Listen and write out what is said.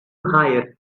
hire